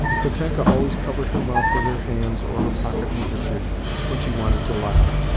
katenka always covered her mouth with her hands or her pocket-handkerchief when she wanted to laugh.